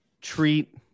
treat